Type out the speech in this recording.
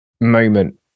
moment